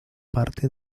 parte